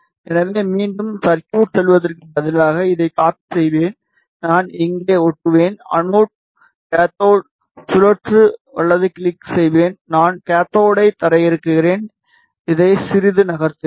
எனவே மீண்டும் சர்க்யூட்க்குச் செல்வதற்குப் பதிலாக இதை காப்பி செய்வேன் நான் இங்கே ஒட்டுவேன் அனோட் கேத்தோடு சுழற்ற வலது கிளிக் செய்வேன் நான் கேத்தோடை தரையிறக்குவேன் இதை சிறிது நகர்த்துவேன்